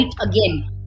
again